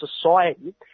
society